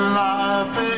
life